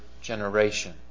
generation